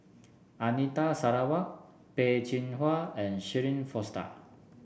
Anita Sarawak Peh Chin Hua and Shirin Fozdar